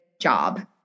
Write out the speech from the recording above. job